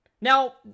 Now